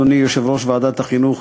אדוני יושב-ראש ועדת החינוך,